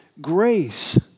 grace